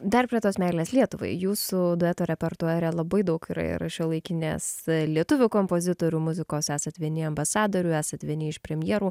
dar prie tos meilės lietuvai jūsų dueto repertuare labai daug yra ir šiuolaikinės lietuvių kompozitorių muzikos esat vieni ambasadorių esat vieni iš premjerų